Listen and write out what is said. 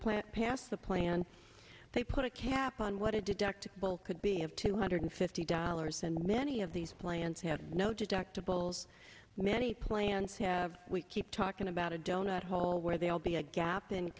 plan passed the plan they put a cap on what a deductible could be have two hundred fifty dollars and many of these plans have no deductibles many plans have we keep talking about a donut hole where they will be a gap